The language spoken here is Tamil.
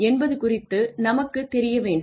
என்பது குறித்து நமக்கு தெரிய வேண்டும்